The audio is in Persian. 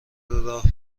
راه